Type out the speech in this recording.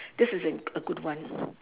this is a g~ good one